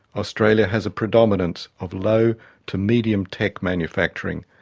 australia has a predominance of low to medium tech manufacturing,